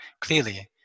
clearly